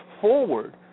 forward